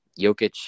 Jokic